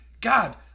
god